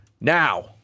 Now